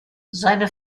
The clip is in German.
seine